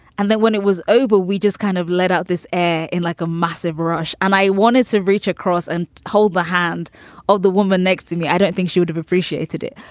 and then when it was over, we just kind of let out this air in like a massive rush. and i wanted to reach across and hold the hand of the woman next to me. i don't think she would have appreciated it,